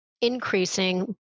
increasing